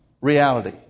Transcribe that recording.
reality